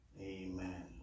Amen